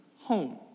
home